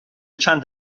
چند